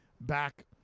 back